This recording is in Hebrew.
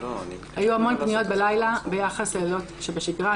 היו המון פניות בלילות ביחס ללילות שבשגרה,